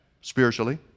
spiritually